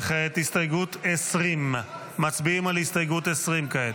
וכעת הסתייגות 20. מצביעים על הסתייגות 20 כעת.